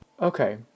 Okay